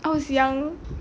I was young